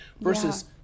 versus